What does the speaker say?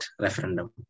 referendum